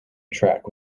track